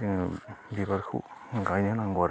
जोङो बिबारखौ गायनो नांगौ आरो